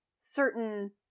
certain